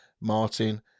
Martin